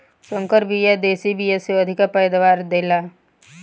संकर बिया देशी बिया से अधिका पैदावार दे वेला